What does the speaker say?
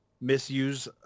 misuse